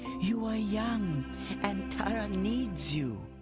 you are young and tara needs you.